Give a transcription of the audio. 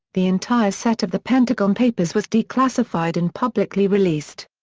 the entire set of the pentagon papers was declassified and publicly released.